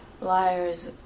liars